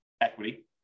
equity